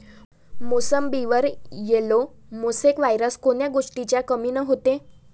मोसंबीवर yellow mosaic virus कोन्या गोष्टीच्या कमीनं होते?